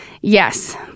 Yes